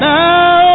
now